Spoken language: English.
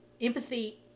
Empathy